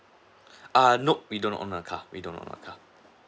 err nop we don't own a car we don't own a car